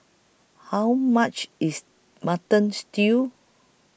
How much IS Mutton Stew